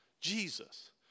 Jesus